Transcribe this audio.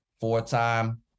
four-time